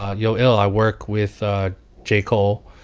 ah yo, ill, i work with ah j. cole.